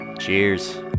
Cheers